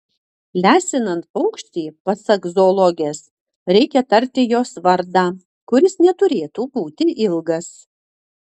lesinant paukštį pasak zoologės reikia tarti jos vardą kuris neturėtų būti ilgas